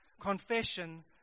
Confession